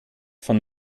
von